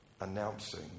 announcing